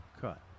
cut